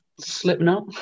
Slipknot